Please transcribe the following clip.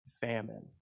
famine